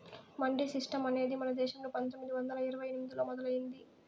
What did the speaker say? mandi system అనేది మన దేశంలో పందొమ్మిది వందల ఇరవై ఎనిమిదిలో మొదలయ్యింది